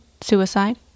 suicide